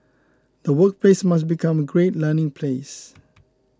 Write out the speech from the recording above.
the workplace must become a great learning place